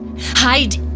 hide